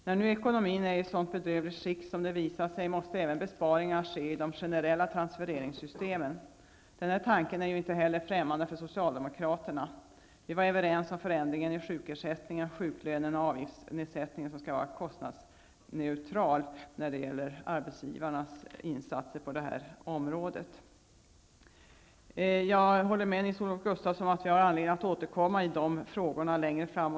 När nu ekonomin är i ett sådant bedrövligt skick som den har visat sig vara, måste besparingar ske även i de generella transfereringssystemen. Denna tanke är inte heller främmande för socialdemokraterna. Vi var överens om förändringen i sjukersättningen, om sjuklönen och om att avgiftssättningen skall vara kostnadsneutral när det gäller insatser på detta område. Jag håller med Nils-Olof Gustafsson om att vi har anledning att återkomma i dessa frågor längre fram.